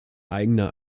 eigener